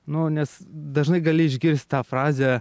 nu nes dažnai gali išgirst tą frazę